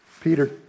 Peter